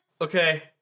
Okay